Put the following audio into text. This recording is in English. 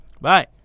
Bye